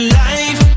life